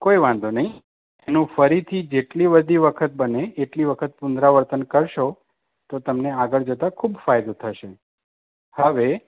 કોઈ વાંધો નહીં એનું ફરીથી જેટલી બધી વખત બને એટલી વખત પુનરાવર્તન કરશો તો તમને આગળ જતાં ખૂબ ફાયદો થશે હવે